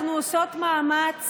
אנחנו עושות מאמץ